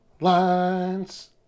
lines